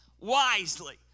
wisely